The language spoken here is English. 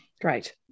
Great